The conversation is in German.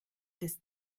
des